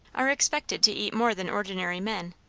are expected to eat more than ordinary men,